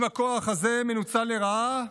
אם הכוח הזה מנוצל לרעה,